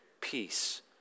peace